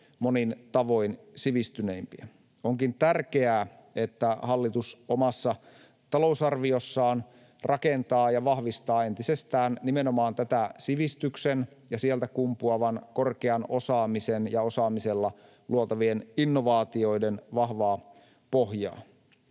monin tavoin sivistyneimpiä. Onkin tärkeää, että hallitus omassa talousarviossaan rakentaa ja vahvistaa entisestään nimenomaan tätä sivistyksen ja sieltä kumpuavan korkean osaamisen ja osaamisella luotavien innovaatioiden vahvaa pohjaa.